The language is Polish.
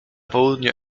południu